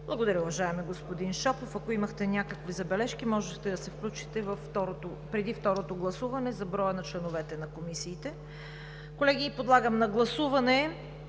Благодаря, уважаеми господин Шопов. Ако имахте някакви забележки, можехте да се включите преди второто гласуване за броя на членовете на Комисията. Колеги, подлагам на гласуване